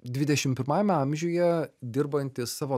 dvidešim pirmajame amžiuje dirbantis savo